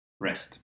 rest